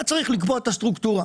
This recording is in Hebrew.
היה צריך לקבוע את הסטרוקטורה,